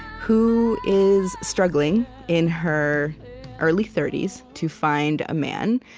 who is struggling in her early thirty s to find a man,